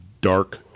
dark